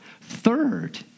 Third